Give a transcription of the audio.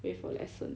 wait for lesson